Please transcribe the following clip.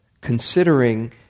considering